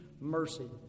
mercy